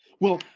well,